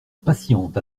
patiente